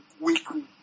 weekly